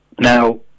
Now